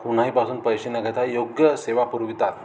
कोणाहीपासून पैसे न घेता योग्य सेवा पुरवतात